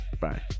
Bye